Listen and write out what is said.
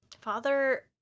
Father